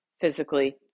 physically